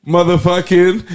Motherfucking